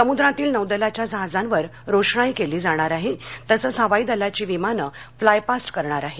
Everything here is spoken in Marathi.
समुद्रातील नौदलाच्या जहाजांवर रोषणाई केली जाणार आहे तसंच हवाई दलाची विमानं फ्लाय पास्ट करणार आहेत